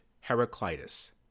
Heraclitus